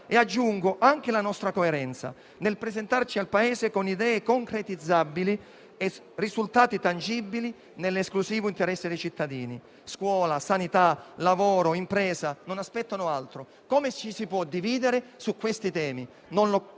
aggiungo anche coerenza nel presentarci al Paese con idee concretizzabili e risultati tangibili nell'esclusivo interesse dei cittadini. Scuola, sanità, lavoro e impresa non aspettano altro. Come ci si può dividere su questi temi?